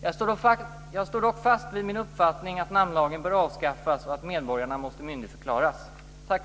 Jag står dock fast vid min uppfattning att namnlagen bör avskaffas och att medborgarna måste myndigförklaras.